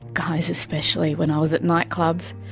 guys especially when i was at nightclubs,